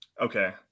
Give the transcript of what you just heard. Okay